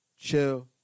chill